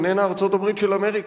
איננה ארצות-הברית של אמריקה,